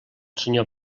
senyor